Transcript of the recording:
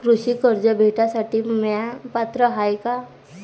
कृषी कर्ज भेटासाठी म्या पात्र हाय का?